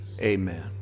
amen